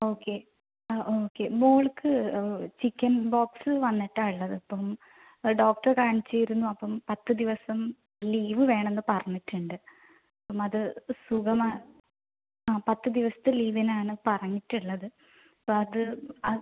okay ആ okay മോൾക്ക് chickenpox വന്നിട്ടാണ് ഉള്ളത് ഇപ്പം ഡോക്ടറെ കാണിച്ചിരുന്നു അപ്പം പത്ത് ദിവസം ലീവ് വേണമെന്ന് പറഞ്ഞിട്ടുണ്ട് അത് സുഖമാണ് ആ പത്ത് ദിവസത്ത ലീവിന് ആണ് പറഞ്ഞിട്ട് ഉള്ളത് അപ്പോൾ അത് അത്